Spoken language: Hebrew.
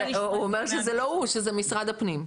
אומר שזה לא הוא, שזה משרד הפנים.